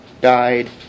died